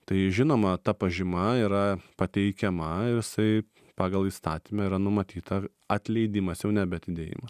tai žinoma ta pažyma yra pateikiama ir jisai pagal įstatyme yra numatyta atleidimas jau nebe atidėjimas